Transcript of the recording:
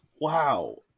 wow